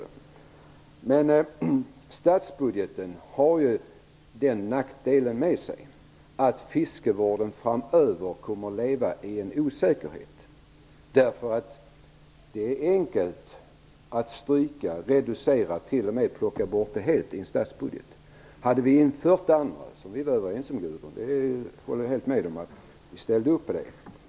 Nackdelen med att finansiera detta via statsbudgeten är att fiskevården framöver kommer att leva i en osäkerhet. Det är nämligen enkelt att stryka, reducera eller t.o.m. helt plocka bort detta ur statsbudgeten. Vi kunde ha infört det andra systemet, som vi var helt överens om och ställde upp på. Det håller jag med Gudrun Lindvall om.